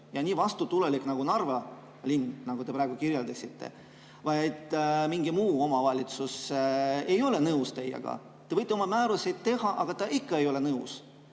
ja nii vastutulelik nagu Narva linn, nagu te praegu kirjeldasite? Kui mingi omavalitsus ei ole nõus teiega? Te võite oma määruseid teha, aga ta ikka ei ole nõus.